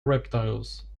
reptiles